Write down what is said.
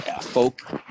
folk